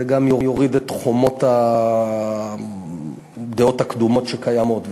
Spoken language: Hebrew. זה גם יוריד את חומות הדעות הקדומות שקיימות,